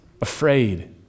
afraid